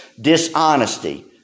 dishonesty